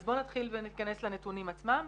אז בואו נתחיל וניכנס לנתונים עצמם.